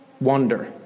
wonder